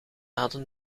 hadden